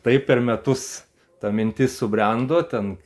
taip per metus ta mintis subrendo ten